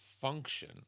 function